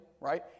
right